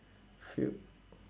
feel